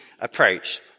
approach